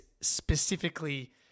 specifically